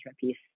piece